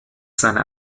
seine